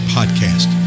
Podcast